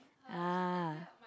ah